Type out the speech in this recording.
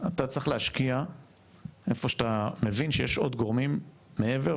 אתה צריך להשקיע איפה שאתה מבין שיש עוד גורמים מעבר,